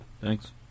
Thanks